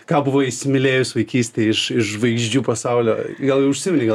ką buvai įsimylėjus vaikystėj iš iš žvaigždžių pasaulio gal jau užsiminei gal